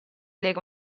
lega